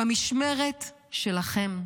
זה במשמרת שלכם.